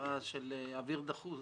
חברה של אוויר דחוס,